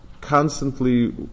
constantly